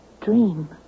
dream